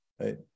right